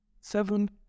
Seven